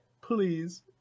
Please